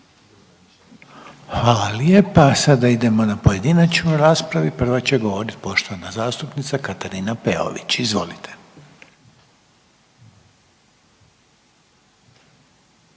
Hvala lijepa. Sada idemo na pojedinačnu raspravu i prvo će govoriti poštovana zastupnica Katarina Peović. Izvolite.